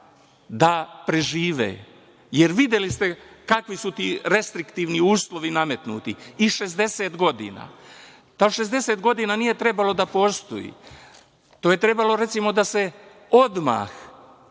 da prežive. Jer videli ste kakvi su ti restriktivni uslovi nametnuti, i 60 godina. To 60 godina nije trebalo da postoji. To je trebalo, recimo, da se odmah